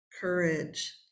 courage